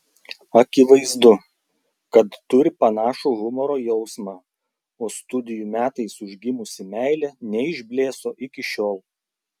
akivaizdu kad turi panašų humoro jausmą o studijų metais užgimusi meilė neišblėso iki šiol